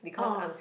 oh